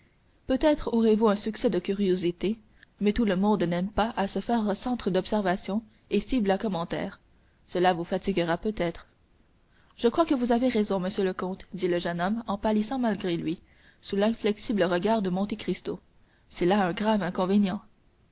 peut-être aurez-vous un succès de curiosité mais tout le monde n'aime pas à se faire centre d'observations et cible à commentaires cela vous fatiguera peut-être je crois que vous avez raison monsieur le comte dit le jeune homme en pâlissant malgré lui sous l'inflexible regard de monte cristo c'est là un grave inconvénient